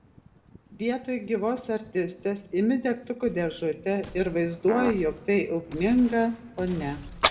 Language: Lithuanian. vietoj gyvos artistės imi degtukų dėžutę ir vaizduoji jog tai ugninga ponia